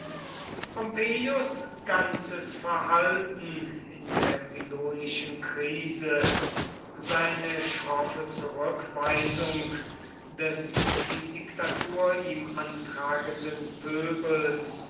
ganzes verhalten in der milonischen krise seine schroffe zurückweisung des die diktatur ihm antragenden pöbels